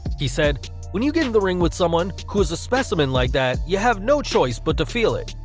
he said when you get in the ring with someone who is a specimen like that you have no choice but to feel it.